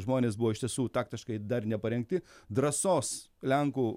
žmonės buvo iš tiesų taktiškai dar neparengti drąsos lenkų